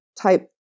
type